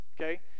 okay